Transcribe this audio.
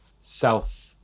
self